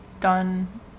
done